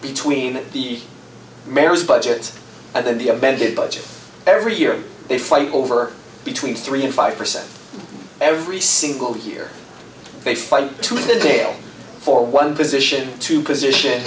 between the mayor's budgets and then the embedded budget every year they fight over between three and five percent every single year they fight to detail for one position to position